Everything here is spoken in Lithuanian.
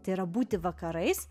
tai yra būti vakarais